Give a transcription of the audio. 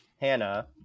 Hannah